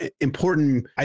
important